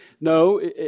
No